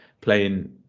playing